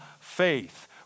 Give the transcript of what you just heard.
faith